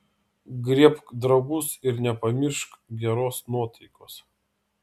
griebk draugus ir nepamiršk geros nuotaikos